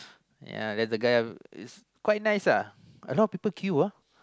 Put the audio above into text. ya then the guy is quite nice uh a lot of people queue ah